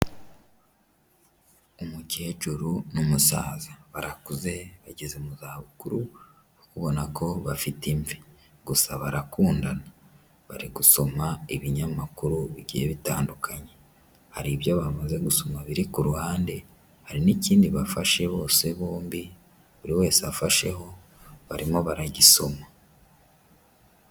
Umukecuru n'umusaza barakuze bageze mu za bukuru ba ubona ko bafite imvi, gusa barakundana bari gusoma ibinyamakuru bigiye bitandukanye, hari ibyo bamaze gusoma biri ku ruhande hari n'ikindi bafashe bose bombi buri wese afasheho barimo baragisoma.